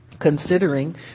Considering